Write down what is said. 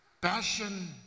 passion